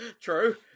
true